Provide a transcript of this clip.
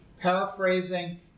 Paraphrasing